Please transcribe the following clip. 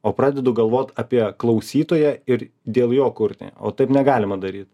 o pradedu galvot apie klausytoją ir dėl jo kurti o taip negalima daryti